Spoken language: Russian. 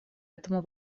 этому